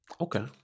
Okay